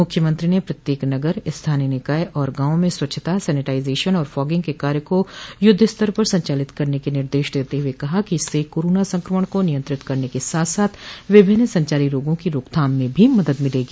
मुख्यमंत्री ने प्रत्येक नगर स्थानीय निकाय और गांवों में स्वच्छता सैनिटाजेशन और फागिंग के कार्य को युद्ध स्तर पर संचालित करने के निर्देश देते हुए कहा कि इससे कोरोना संक्रमण को नियंत्रित करने के साथ साथ विभिन्न संचारी रोगों की रोकथाम में भी मदद मिलेगी